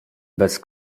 bez